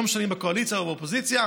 לא משנה אם בקואליציה או באופוזיציה.